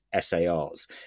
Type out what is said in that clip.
SARs